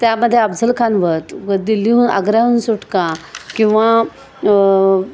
त्यामध्येे अफजल खान वध व दिल्लीहून आग्ऱ्याहून सुटका किंवा